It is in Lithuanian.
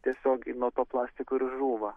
tiesiog i nuo to plastiko ir žūva